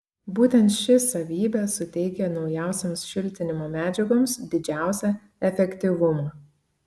būtent ši savybė suteikia naujausioms šiltinimo medžiagoms didžiausią efektyvumą